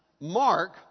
Mark